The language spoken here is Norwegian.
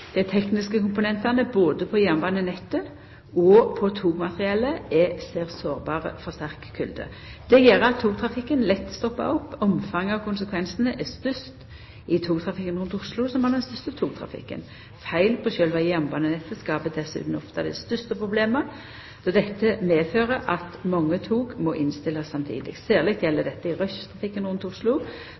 Dei tekniske komponentane både på jernbanenettet og på togmateriellet er særs sårbare for sterk kulde. Det gjer at togtrafikken lett stoppar opp. Omfanget av konsekvensane er størst i togtrafikken rundt Oslo, som har den største togtrafikken. Feil på sjølve jernbanenettet skaper dessutan ofte dei største problema, då dette medfører at mange tog må innstillast samtidig. Særleg gjeld dette i rushtrafikken rundt Oslo når det er mangel på ledig sporkapasitet til